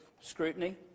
scrutiny